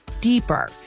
deeper